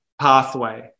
pathway